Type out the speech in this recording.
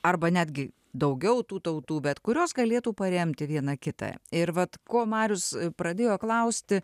arba netgi daugiau tų tautų bet kurios galėtų paremti vieną kitą ir vat ko marius pradėjo klausti